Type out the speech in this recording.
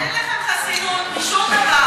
אין לכם חסינות משום דבר.